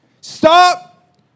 Stop